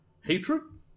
hatred